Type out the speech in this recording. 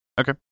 Okay